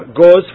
goes